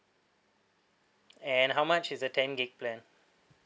and how much is the ten gig plan